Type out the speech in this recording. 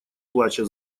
плача